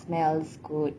smells good